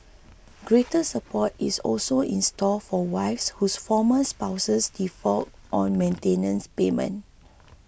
greater support is also in store for wives whose former spouses default on maintenance payments